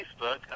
Facebook